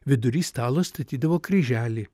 vidury stalo statydavo kryželį